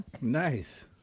Nice